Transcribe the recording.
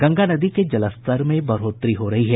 गंगा नदी के जलस्तर में बढ़ोतरी हो रही है